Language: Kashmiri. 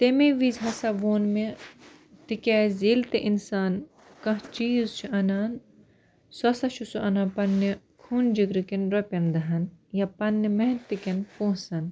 تَمے وِزِۍ ہسا ووٚن مےٚ تِکیٛازِ ییٚلہِ تہِ انسان کانٛہہ چیٖز چھُ اَنان سُہ ہسا چھُ سُہ اَنان پَننہِ خوٗنہٕ جِگرٕکیٚن رۄپیَن دَہَن یا پننہِ محنتہٕ کیٚن پونٛسَن